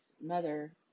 mother